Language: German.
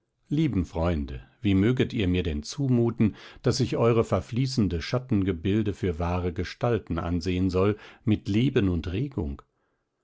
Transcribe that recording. lieben freunde wie möget ihr mir denn zumuten daß ich eure verfließende schattengebilde für wahre gestalten ansehen soll mit leben und regung